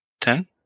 Ten